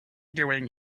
doing